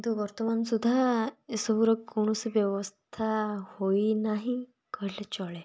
କିନ୍ତୁ ବର୍ତ୍ତମାନ ସୁଦ୍ଧା ଏ ସବୁର କୌଣସି ବ୍ୟବସ୍ଥା ହୋଇନାହିଁ କହିଲେ ଚଳେ